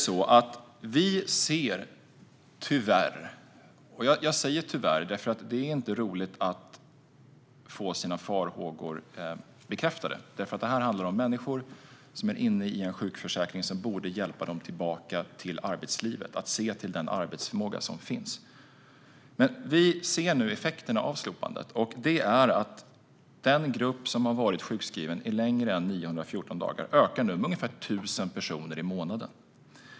Nu ser vi tyvärr effekten av slopandet. Jag säger tyvärr, för det är inte roligt att få sina farhågor bekräftade. Det här handlar om människor som är inne i en sjukförsäkring som borde hjälpa dem tillbaka till arbetslivet och se till den arbetsförmåga som finns. Effekten är att den grupp som har varit sjukskriven längre än 914 dagar nu ökar med ungefär 1 000 personer i månaden.